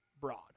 broad